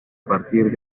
partir